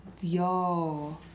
Yo